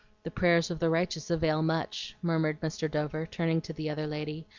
the prayers of the righteous avail much, murmured mr. dover, turning to the other lady,